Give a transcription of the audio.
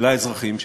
לאזרחים שלה,